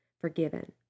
forgiven